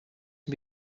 can